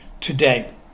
today